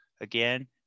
Again